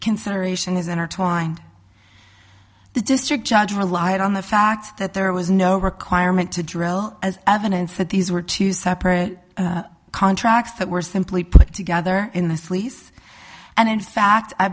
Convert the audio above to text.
consideration is intertwined the district judge relied on the fact that there was no requirement to drill as evidence that these were two separate contracts that were simply put together in the sleeze and in fact i